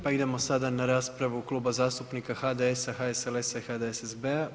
Pa idemo sada na raspravu Kluba zastupnika HDS-a, HSLS-a i HDSSB-a.